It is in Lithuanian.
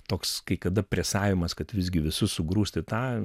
toks kai kada presavimas kad visgi visus sugrūsti tą